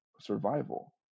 survival